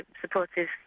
supportive